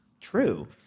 true